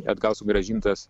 atgal sugrąžintas